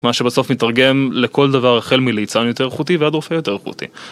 מה שבסוף מיתרגם לכל דבר החל מליצן יותר איכותי ועד רופא יותר איכותי.